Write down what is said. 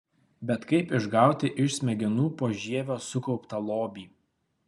bet kaip išgauti iš smegenų požievio sukauptą lobį